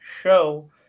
show